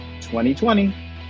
2020